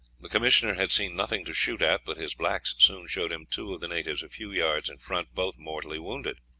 the commissioner had seen nothing to shoot at, but his blacks soon showed him two of the natives a few yards in front, both mortally wounded.